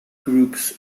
groups